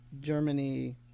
Germany